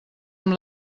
amb